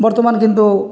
ବର୍ତ୍ତମାନ କିନ୍ତୁ